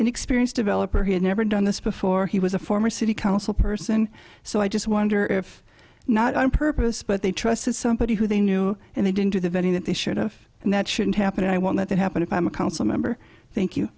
nixon experience developer he had never done this before he was a former city council person so i just wonder if not on purpose but they trust is somebody who they knew and they didn't do the vetting that they should have and that shouldn't happen and i won't let that happen if i'm a council member thank you